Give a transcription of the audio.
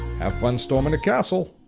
have fun stormin' the castle.